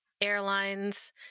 Airlines